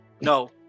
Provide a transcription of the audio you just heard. No